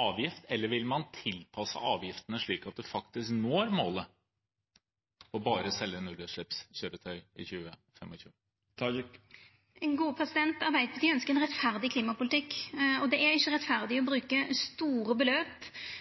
avgift, eller vil man tilpasse avgiftene, slik at vi faktisk når målet om bare å selge nullutslippskjøretøy innen 2025? Arbeidarpartiet ønskjer ein rettferdig klimapolitikk. Det er ikkje rettferdig å bruka store beløp